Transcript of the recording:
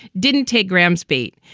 didn't take graham's bait.